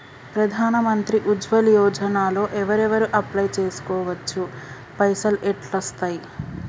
ప్రధాన మంత్రి ఉజ్వల్ యోజన లో ఎవరెవరు అప్లయ్ చేస్కోవచ్చు? పైసల్ ఎట్లస్తయి?